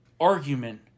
Argument